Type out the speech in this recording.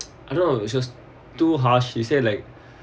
I don't know it's just too harsh you say like